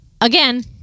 again